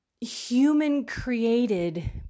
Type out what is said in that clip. Human-created